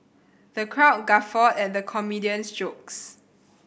the crowd guffawed at the comedian's jokes